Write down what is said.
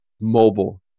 mobile